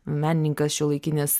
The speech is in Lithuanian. menininkas šiuolaikinis